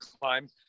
climb